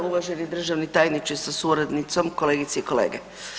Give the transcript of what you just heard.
Uvaženi državni tajnice sa suradnicom, kolegice i kolege.